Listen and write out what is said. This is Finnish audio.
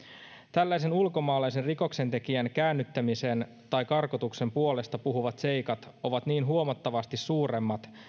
tällaisen ulkomaalaisen rikoksentekijän käännyttämisen tai karkotuksen puolesta puhuvat seikat ovat niin huomattavasti suuremmat